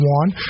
one